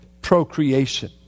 Procreation